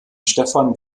stefan